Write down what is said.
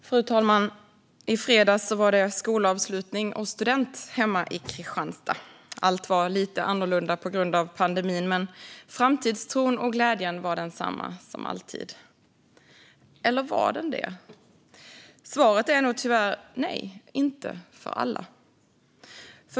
Fru talman! I fredags var det skolavslutning och student hemma i Kristianstad. Allt var lite annorlunda på grund av pandemin, men framtidstron och glädjen var densamma som alltid. Eller var den det? Svaret är tyvärr nej, inte för alla.